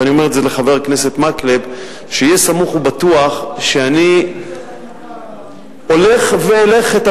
ואני אומר את זה לחבר הכנסת מקלב: שיהיה סמוך ובטוח שאני הולך ואלך את